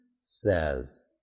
says